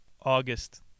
August